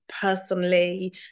personally